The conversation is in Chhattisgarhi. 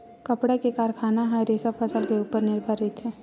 कपड़ा के कारखाना ह रेसा फसल के उपर निरभर रहिथे